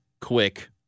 quick